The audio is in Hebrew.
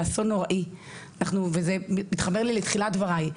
זה אסון נוראי וזה מתחבר לי לתחילת דבריי,